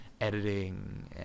editing